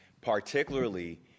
particularly